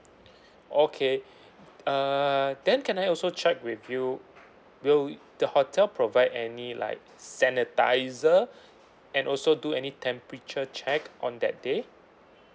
okay uh then can I also check with you will the hotel provide any like sanitiser and also do any temperature check on that day